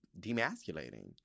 demasculating